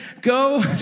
Go